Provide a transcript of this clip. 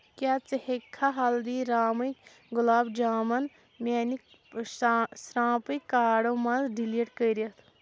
کیٛاہ ژٕ ہیٚککھہ ہلدی رامٕکۍ گۄلاب جامُن میانہِ شا ساپرنگ کارڈٕ منٛز ڈِلیٖٹ کٔرِتھ